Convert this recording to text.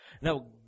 Now